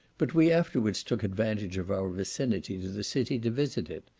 but we afterwards took advantage of our vicinity to the city, to visit it.